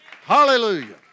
Hallelujah